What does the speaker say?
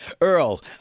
Earl